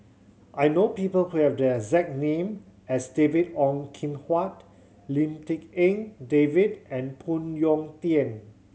I know people who have the exact name as David Ong Kim Huat Lim Tik En David and Phoon Yew Tien